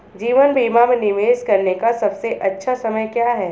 जीवन बीमा में निवेश करने का सबसे अच्छा समय क्या है?